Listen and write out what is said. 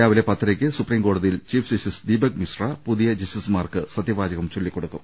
രാവിലെ പത്തരയ്ക്ക് സുപ്രീം കോടതിയിൽ ചീഫ് ജസ്റ്റിസ് ദീപക് മിശ്ര പുതിയ ജസ്റ്റിസുമാർക്ക് സത്യവാചകം ചൊല്ലിക്കൊടുക്കും